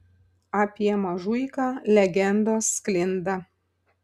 apie mažuiką legendos sklinda